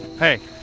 hey,